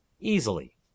Easily